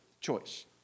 choice